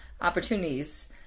opportunities